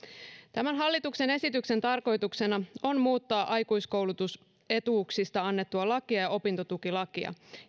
hallituksen esityksen tarkoituksena on muuttaa aikuiskoulutusetuuksista annettua lakia ja opintotukilakia